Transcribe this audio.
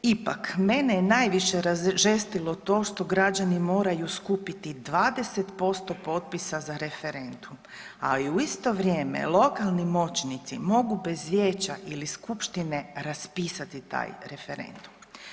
Ipak, mene je najviše razžestilo to što građani moraju skupiti 20% potpisa za referendum, a i u isto vrijeme lokalni moćnici mogu bez vijeća ili skupštine raspisati taj referendum.